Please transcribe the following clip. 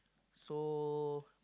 so